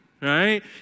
right